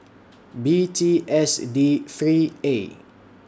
B T S A D three A